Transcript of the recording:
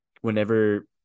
whenever